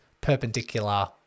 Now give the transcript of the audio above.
perpendicular